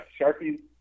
Sharpies